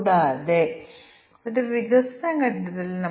എല്ലാ ആഭ്യന്തര വിമാനങ്ങളിലും ഭക്ഷണം ഈടാക്കും